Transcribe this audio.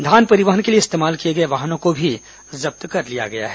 धान परिवहन के लिए इस्तेमाल किए गए वाहनों को भी जब्त कर लिया गया है